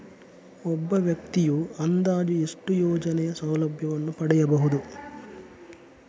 ಒಬ್ಬ ವ್ಯಕ್ತಿಯು ಅಂದಾಜು ಎಷ್ಟು ಯೋಜನೆಯ ಸೌಲಭ್ಯವನ್ನು ಪಡೆಯಬಹುದು?